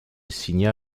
signa